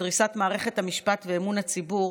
דריסת מערכת המשפט ואמון הציבור,